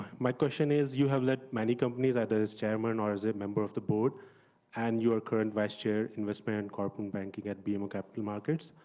my question is you have led many companies, either as chairman or as a member of the board and you're current vice chair, investment and amp corporate banking at bmo capital markets.